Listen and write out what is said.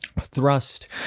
thrust